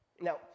Now